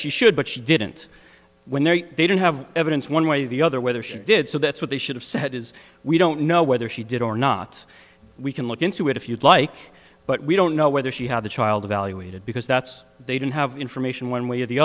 she should but she didn't when they they don't have evidence one way or the other whether she did so that's what they should have said is we don't know whether she did or not we can look into it if you'd like but we don't know whether she had the child evaluated because that's they don't have information one way or the